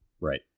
Right